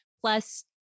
Plus